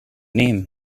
name